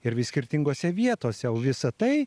ir vis skirtingose vietose o visa tai